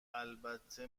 البته